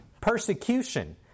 persecution